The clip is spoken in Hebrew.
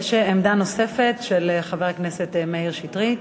יש עמדה נוספת של חבר הכנסת מאיר שטרית.